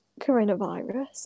coronavirus